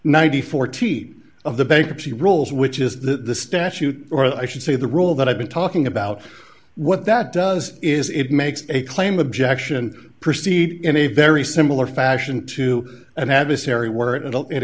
ninety four teet of the bankruptcy rules which is the statute or i should say the rule that i've been talking about what that does is it makes a claim objection proceed in a very similar fashion to an adversary where it